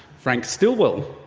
frank stillwell.